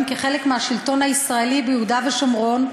כחלק מהשלטון הישראלי ביהודה ושומרון,